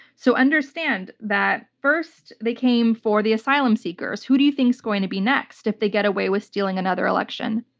so, understand that first, they came for the asylum seekers. who do you think is going to be next if they get away with stealing another election?